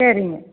சரிங்க